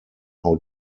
how